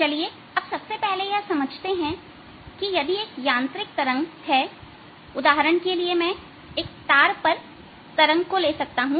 चलिए सबसे पहले यह समझते हैं कि यदि एक यांत्रिक तरंग हैउदाहरण के लिए मैं एक तार पर तरंग को ले सकता हूं